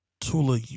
Tula